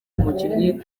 umukinnyi